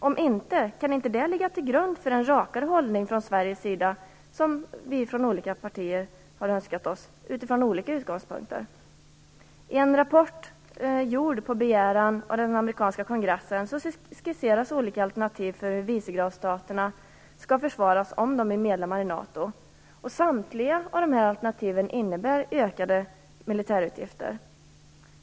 Om man inte kan det undrar jag om det inte kan ligga till grund för en rakare hållning från Sveriges sida. Det har vi önskat oss från olika partier utifrån olika utgångspunkter. I en rapport gjord på begäran av den amerikanska kongressen skisseras olika alternativ för hur vicegradsstaterna skall försvaras om de är medlemmar i NATO. Samtliga alternativ innebär ökade militärutgifter.